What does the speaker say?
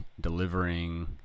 delivering